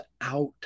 out